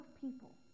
people